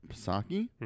Pisaki